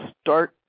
start